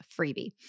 freebie